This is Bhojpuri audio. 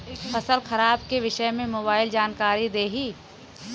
फसल खराब के विषय में मोबाइल जानकारी देही